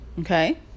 Okay